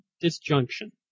disjunction